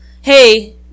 Hey